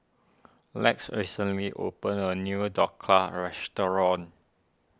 Lex recently opened a new Dhokla restaurant